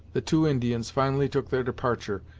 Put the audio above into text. the two indians finally took their departure,